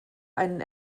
einen